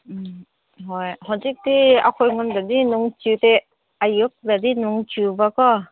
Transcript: ꯎꯝ ꯍꯣꯏ ꯍꯧꯖꯤꯛꯇꯤ ꯑꯩꯈꯣꯏ ꯉꯣꯟꯗꯗꯤ ꯅꯣꯡ ꯆꯨꯗꯦ ꯑꯌꯨꯛꯇꯗꯤ ꯅꯣꯡ ꯆꯨꯕꯀꯣ